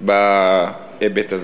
בהיבט הזה.